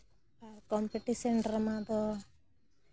ᱟᱨ competition drama ᱫᱚ